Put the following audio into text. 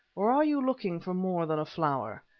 or are you looking for more than a flower?